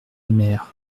aimèrent